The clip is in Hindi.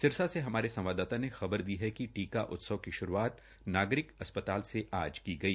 सिरसा से हमारे संवाददाता ने खबर दी है कि टीका उत्सव की श्रूआत नागरिक अस्प्ताल से आज की गई